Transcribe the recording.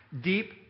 Deep